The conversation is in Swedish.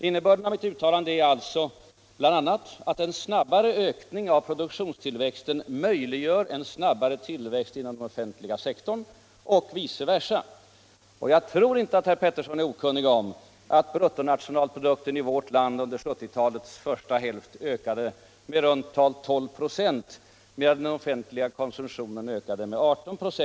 Innebörden av mitt uttalande är alltså bl.a. att en snabbare ökning av produktionstillväxten möjliggör en snabbare tillväxt inom den offentliga sektorn och vice versa. Jag tror inte att herr Peterson är okunnig om att bruttonationalprodukten i vårt land under 1970-talets första hälft ökade med i runt tal 12 26 medan den offentliga konsumtionen ökade med 18 26.